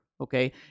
Okay